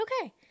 okay